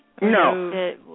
No